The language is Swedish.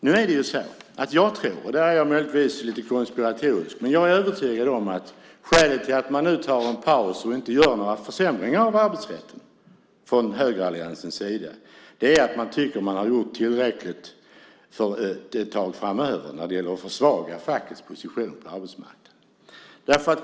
Nu är det så att jag tror - där är jag möjligtvis lite konspiratorisk - att skälet till att man nu tar en paus och inte gör några försämringar av arbetsrätten från högeralliansens sida är att man tycker att man har gjort tillräckligt för ett tag framöver när det gäller att försvaga fackets position på arbetsmarknaden.